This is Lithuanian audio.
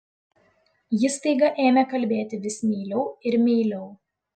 ji staiga ėmė kalbėti vis meiliau ir meiliau